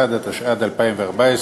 61), התשע"ד 2014,